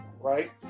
right